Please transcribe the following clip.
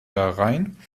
herein